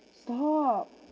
stop